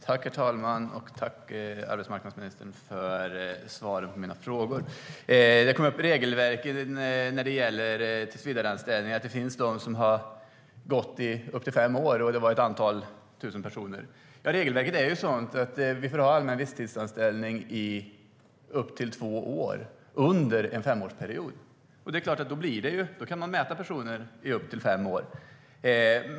Herr talman! Tack för svaren på mina frågor, arbetsmarknadsministern! Regelverket när det gäller tillsvidareanställningar kom upp. Det finns de som har gått på sådana i upp till fem år. Det var ett antal tusen personer. Regelverket är sådant att vi får ha allmän visstidsanställning i upp till två år under en femårsperiod. Då kan man mäta personer i upp till fem år.